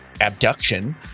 abduction